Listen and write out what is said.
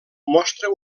mostra